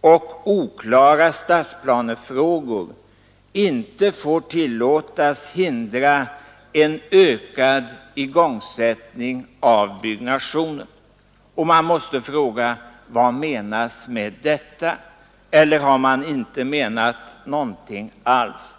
och oklara stadsplanefrågor inte får tillåtas hindra en ökad igångsättning av byggnationen. Och man måste fråga: Vad menas med detta? Eller har man inte menat någonting alls?